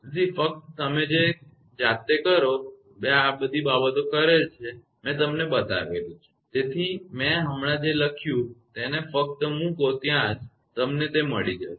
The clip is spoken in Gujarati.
તેથી ફક્ત તમે તે જાતે કરો મેં આ બધી બાબતો કરેલ છે અને મેં તે બતાવેલી છે તેથી મેં હમણાં જ લખ્યું છે તમે તેને ફકત મૂકો ત્યાં જ તમને તે મળી જશે